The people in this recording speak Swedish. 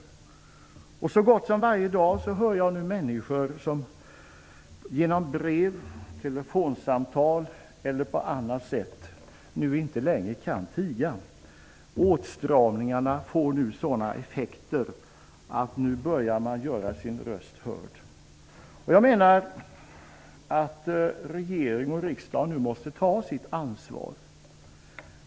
Så gott som varje dag hör jag av människor genom brev, telefonsamtal eller på annat sätt. Man kan inte längre tiga. Åtstramningarna får nu sådana effekter att människor börjar göra sin röst hörd. Regering och riksdag måste nu ta sitt ansvar.